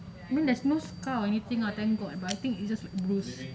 I mean there's no scar or anything ah thank god but it just like bruise